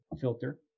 filter